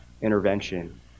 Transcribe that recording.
intervention